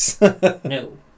No